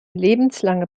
lebenslange